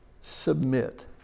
submit